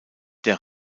der